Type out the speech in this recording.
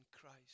Christ